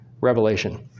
revelation